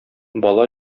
бала